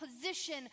position